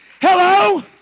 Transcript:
Hello